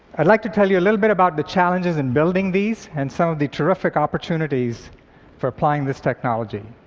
i'd like to tell you a little bit about the challenges in building these, and some of the terrific opportunities for applying this technology.